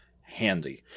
handy